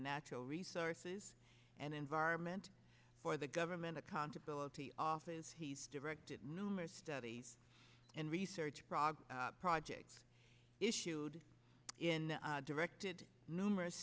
natural resources and environment for the government accountability office he's directed numerous studies and research progs project issued in directed numerous